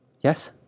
yes